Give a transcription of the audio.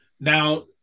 Now